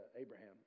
abraham